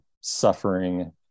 suffering